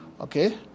Okay